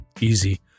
easy